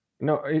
no